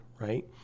right